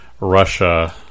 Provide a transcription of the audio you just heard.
Russia